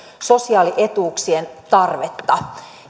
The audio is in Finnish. sosiaalietuuksien tarvetta